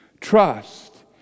Trust